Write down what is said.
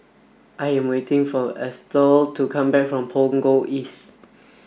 I am waiting for Estelle to come back from Punggol East